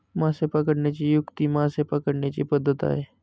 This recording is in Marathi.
मासे पकडण्याची युक्ती मासे पकडण्याची पद्धत आहे